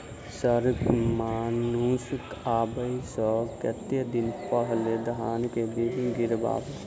Sir monsoon आबै सऽ कतेक दिन पहिने धान केँ बीज गिराबू?